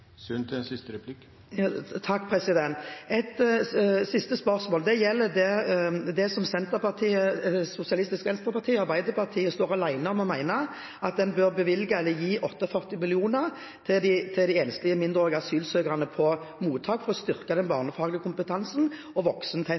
Et siste spørsmål, som gjelder det Senterpartiet, Sosialistisk Venstreparti og Arbeiderpartiet står alene om å mene, at en bør bevilge 48 mill. kr til de enslige mindreårige asylsøkerne på mottak for å styrke den barnefaglige kompetansen og voksentettheten. Når vi mener det, er det fordi samtlige organisasjoner og de som jobber tett